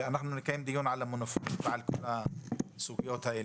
אנחנו נקיים דיון על המנופאים ועל כל הסוגיות הללו.